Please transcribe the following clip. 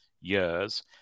years